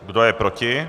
Kdo je proti?